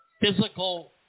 physical